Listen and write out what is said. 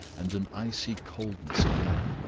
and an icy coldness of manner.